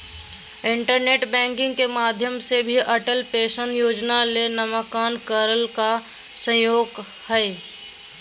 internet banking के माध्यम से भी अटल पेंशन योजना ले नामंकन करल का सको हय